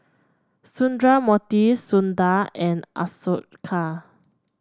Sundramoorthy Sundar and Ashoka